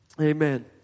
Amen